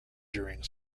during